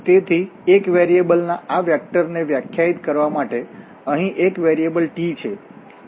તેથી એક વેરીએબલના આ વેક્ટરફંકશન ને વ્યાખ્યાયિત કરવા માટે અહીં એક વેરીએબલ t છે